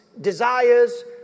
desires